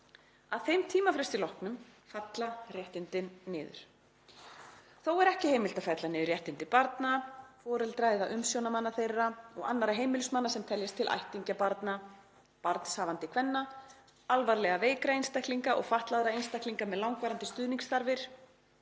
Að þeim tímafresti loknum falla réttindin niður. Þó er ekki heimilt að fella niður réttindi barna, foreldra eða umsjónarmanna þeirra og annarra heimilismanna sem teljast til ættingja barna, barnshafandi kvenna, alvarlega veikra einstaklinga og fatlaðra einstaklinga með langvarandi stuðningsþarfir.